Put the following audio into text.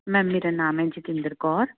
ma'am ਮੇਰਾ ਨਾਮ ਹੈ ਜਤਿੰਦਰ ਕੌਰ